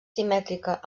simètrica